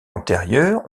antérieures